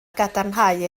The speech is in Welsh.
gadarnhau